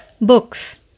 books